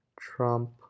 Trump